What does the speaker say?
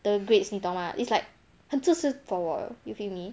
的 grades 你懂 mah it's like 很自私 for 我 you feel me